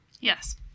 yes